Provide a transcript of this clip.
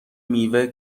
میوه